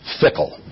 fickle